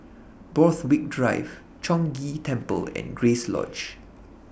Borthwick Drive Chong Ghee Temple and Grace Lodge